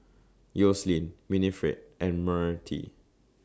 Yoselin Winnifred and Myrtie